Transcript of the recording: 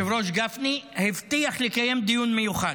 היושב-ראש גפני הבטיח לקיים דיון מיוחד.